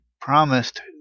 promised